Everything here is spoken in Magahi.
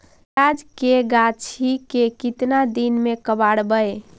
प्याज के गाछि के केतना दिन में कबाड़बै?